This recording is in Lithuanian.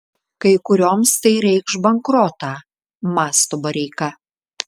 kai kurioms tai reikš bankrotą mąsto bareika